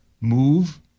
move